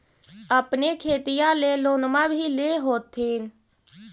अपने खेतिया ले लोनमा भी ले होत्थिन?